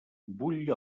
bull